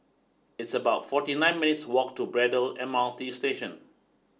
it's about forty nine minutes' walk to Braddell M R T Station